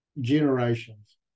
generations